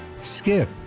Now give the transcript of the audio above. skip